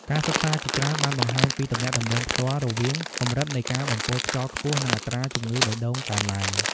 ការសិក្សាជាច្រើនបានបង្ហាញពីទំនាក់ទំនងផ្ទាល់រវាងកម្រិតនៃការបំពុលខ្យល់ខ្ពស់ និងអត្រាជំងឺបេះដូងកើនឡើង។